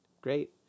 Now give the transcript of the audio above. Great